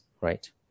right